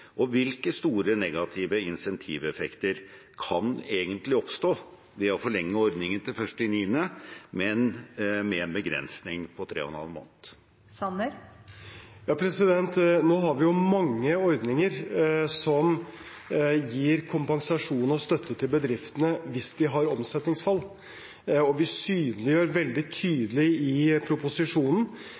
og hvilke store negative insentiveffekter kan egentlig oppstå ved å forlenge ordningen til 1. september, men med en begrensning på 3 ½ måned? Nå har vi jo mange ordninger som gir kompensasjon og støtte til bedriftene hvis de har omsetningsfall. Og vi synliggjør veldig tydelig i proposisjonen